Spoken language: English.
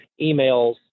emails